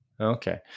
Okay